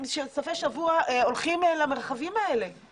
אבל חבר'ה,